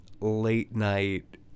late-night